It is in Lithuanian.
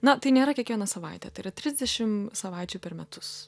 na tai nėra kiekvieną savaitę tai yra trisdešim savaičių per metus